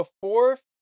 fourth